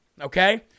okay